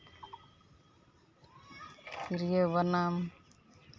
ᱛᱨᱤᱭᱟᱹ ᱵᱟᱱᱟᱢ